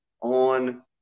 on